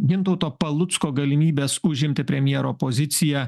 gintauto palucko galimybės užimti premjero poziciją